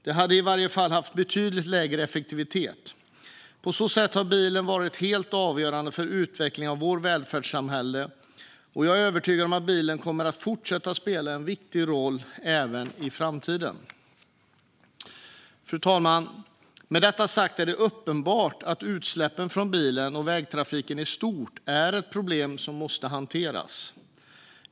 De hade i varje fall haft en betydligt lägre effektivitet. På så sätt har bilen varit helt avgörande för utvecklingen av vårt välfärdssamhälle. Jag är övertygad om att bilen kommer att fortsätta spela en viktig roll även i framtiden. Fru talman! Med detta sagt är det uppenbart att utsläppen från bilen och vägtrafiken i stort är ett problem som måste hanteras.